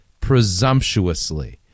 presumptuously